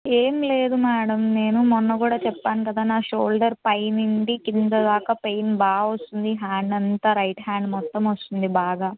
ఏం లేదు మేడం నేను మొన్న కూడా చెప్పాను కదా నా షోల్డర్పై నుండి కింద దాకా పెయిన్ బాగా వస్తుంది హ్యాండ్ అంతా రైట్ హ్యాండ్ మొత్తం వస్తుంది బాగా